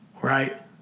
Right